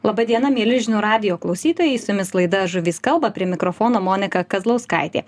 laba diena mieli žinių radijo klausytojai su jumis laida žuvys kalba prie mikrofono monika kazlauskaitė